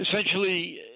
Essentially